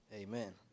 Amen